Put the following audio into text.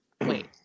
Wait